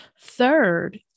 Third